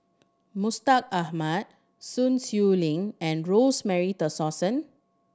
Mustaq Ahmad Sun Xueling and Rosemary Tessensohn